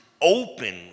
open